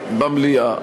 במליאה.